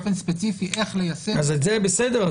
להורות באופן ספציפי איך ליישם --- אז זה בסדר.